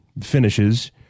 finishes